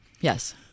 yes